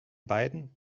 beiden